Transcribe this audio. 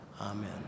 Amen